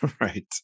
right